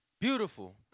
beautiful